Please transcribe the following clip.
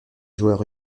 joueurs